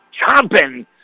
chomping